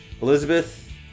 Elizabeth